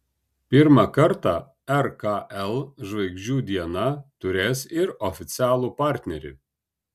pirmą kartą rkl žvaigždžių diena turės ir oficialų partnerį